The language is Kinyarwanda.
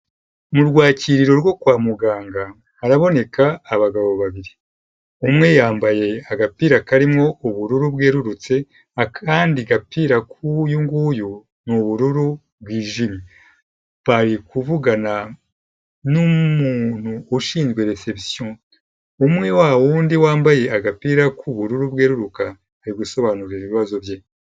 Mu rwakiriro rwo kwa muganga haraboneka abagabo babiri, umwe yambaye agapira karimo ubururu bwerurutse, akandi gapira k'uyunguyu ni ubururu bwijimye, bari kuvuga n'umuntu ushinzwe reception, umwe wa wundi wambaye agapira k'ubururu bweruruka ari gusobanura ibibazo bye.